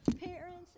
parents